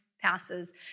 passes